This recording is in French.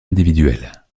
individuelle